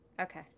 Okay